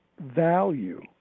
value